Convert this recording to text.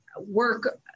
work